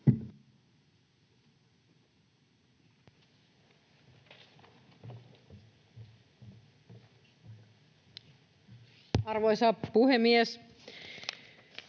Arvoisa puhemies!